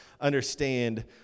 understand